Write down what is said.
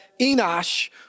Enosh